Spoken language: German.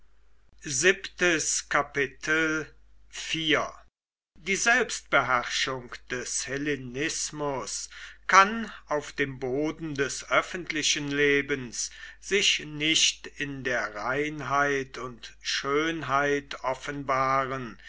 die selbstbeherrschung des hellenismus kann auf dem boden des öffentlichen lebens sich nicht in der reinheit und schönheit offenbaren